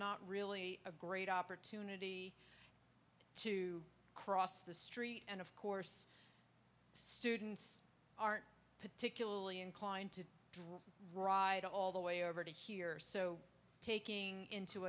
not really a great opportunity to cross the street and of course students aren't particularly inclined to ride all the way over to here so taking into